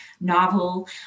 novel